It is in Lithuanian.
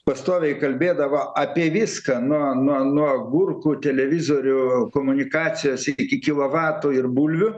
pastoviai kalbėdavo apie viską nuo nuo nuo agurkų televizorių komunikacijos iki kilovatų ir bulvių